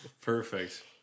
perfect